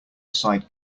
aside